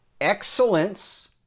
excellence